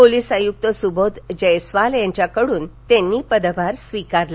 police आयुक्त सुबोध जयस्वाल यांच्याकडून त्यांनी पदभार स्वीकारला